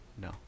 No